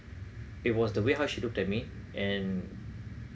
it was the way how she looked at me and